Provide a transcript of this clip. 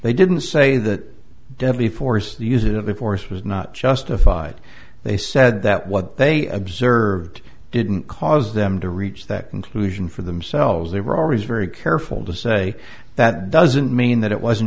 they didn't say that deadly force the user to force was not justified they said that what they observed didn't cause them to reach that conclusion for themselves they were always very careful to say that doesn't mean that it wasn't